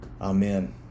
Amen